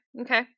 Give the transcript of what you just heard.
Okay